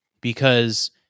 because-